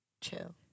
chill